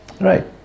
right